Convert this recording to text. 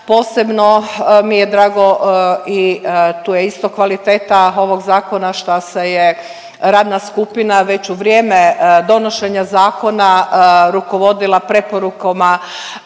Posebno mi je drago i tu je isto kvaliteta ovog zakona šta se je radna skupina već u vrijeme donošenja zakona rukovodila preporukama